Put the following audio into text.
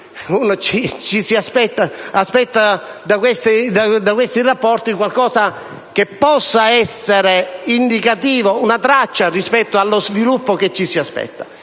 ci si attende da questo rapporto qualcosa che possa essere indicativo ed una traccia rispetto allo sviluppo che ci si aspetta.